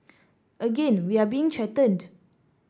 again we are being threatened